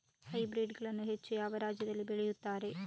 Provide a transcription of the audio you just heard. Hybrid ಗಳನ್ನು ಹೆಚ್ಚು ಯಾವ ರಾಜ್ಯದಲ್ಲಿ ಬೆಳೆಯುತ್ತಾರೆ?